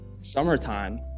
summertime